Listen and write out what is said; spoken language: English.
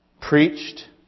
preached